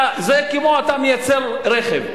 זה כמו שאתה מייצר רכב,